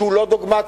שהוא לא דוגמטי,